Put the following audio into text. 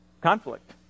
Conflict